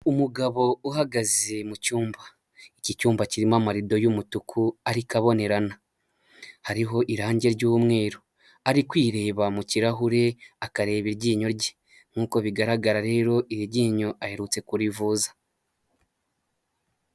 Umugabo uhagaze mu cyumba, iki cyumba kirimo amarido y'umutuku ariko abonerana hariho irangi ry'umweru, ari kwireba mu kirahure akareba iryinyo rye nk'uko bigaragara rero iri ryinyo aherutse kurivuza.